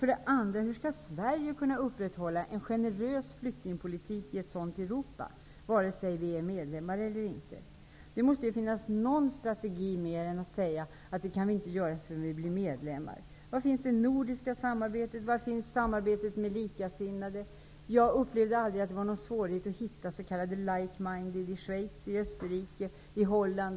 För det andra: Hur skall Sverige, vare sig vi är medlemmar i EG eller inte, kunna upprätthålla en generös flyktingpolitik i ett sådant Europa? Det måste finnas någon strategi som går längre än till att säga att vi inte kan göra det förrän vi blir medlemmar. Var finns det nordiska samarbetet, var finns samarbetet med likasinnade? Jag upplevde aldrig att det var någon svårighet att hitta s.k. like-minded i Schweiz, i Österrike eller i Holland.